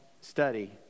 study